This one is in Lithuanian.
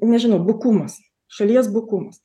nežinau bukumas šalies bukumas